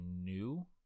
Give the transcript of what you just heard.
new